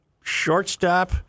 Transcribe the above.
shortstop